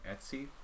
Etsy